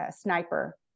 sniper